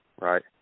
right